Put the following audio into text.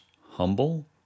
humble